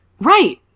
Right